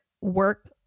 work